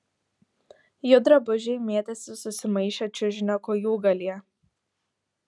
jų drabužiai mėtėsi susimaišę čiužinio kojūgalyje